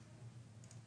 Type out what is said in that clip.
(הפרעות בשידור הזום).